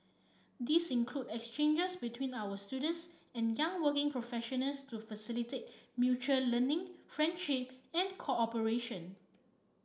these include exchanges between our students and young working professionals to facilitate mutual learning friendship and cooperation